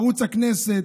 ערוץ הכנסת,